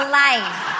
life